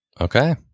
Okay